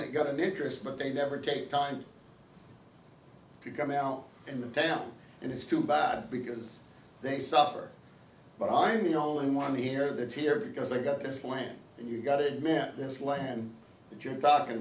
it got an interest but they never take time to come out in the town and it's too bad because they suffer but i'm the only one here that's here because i got this land and you got it man this land that you're talking